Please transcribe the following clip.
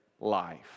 life